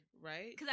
right